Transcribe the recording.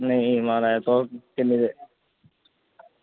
नेईं म्हाराज तुस किन्ने दिन